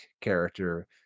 character